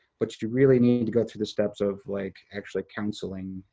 but you really need to go through the steps of, like, actually counseling.